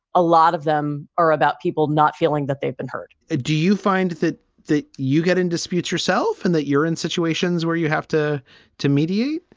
a lot of them are about people not feeling that they've been hurt do you find that the you get in disputes yourself and that you're in situations where you have to to mediate?